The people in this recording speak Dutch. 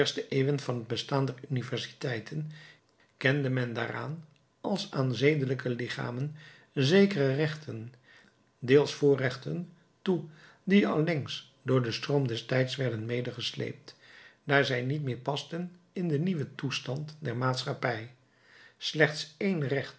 eeuwen van het bestaan der universiteiten kende men daaraan als aan zedelijke lichamen zekere rechten deels voorrechten toe die allengs door den stroom des tijds werden medegesleept daar zij niet meer pasten in den nieuweren toestand der maatschappij slechts één recht